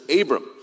Abram